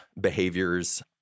behaviors